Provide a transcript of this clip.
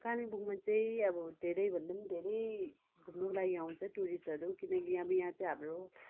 कालिम्पोङमा चाहिँ अब धेरैभन्दा धेरै घुम्नुको लागि आउँछ टुरिस्टहरू किनकि अब यहाँ चाहिँ हाम्रो